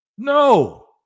No